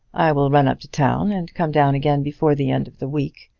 i will run up to town and come down again before the end of the week.